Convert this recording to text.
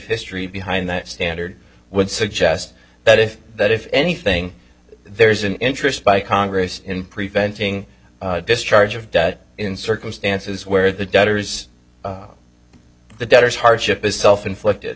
history behind that standard would suggest that if that if anything there is an interest by congress in preventing discharge of debt in circumstances where the debtors the debtors hardship is self inflicted